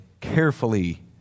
carefully